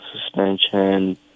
Suspension